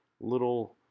little